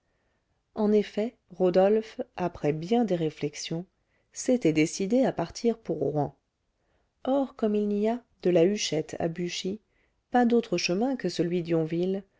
en effet rodolphe après bien des réflexions s'était décidé à partir pour rouen or comme il n'y a de la huchette à buchy pas d'autre chemin que celui d'yonville il